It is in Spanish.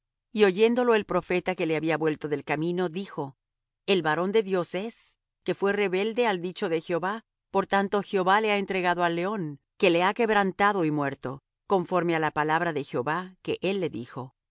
y oyéndolo el profeta que le había vuelto del camino dijo el varón de dios es que fué rebelde al dicho de jehová por tanto jehová le ha entregado al león que le ha quebrantado y muerto conforme á la palabra de jehová que él le dijo